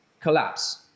collapse